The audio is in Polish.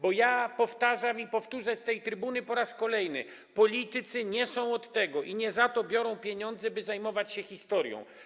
Bo ja powtarzam i powtórzę z tej trybuny po raz kolejny: politycy nie są od tego i nie za to biorą pieniądze, by zajmować się historią.